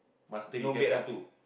must three cannot cannot two